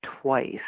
twice